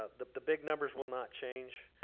ah the the big numbers will not change.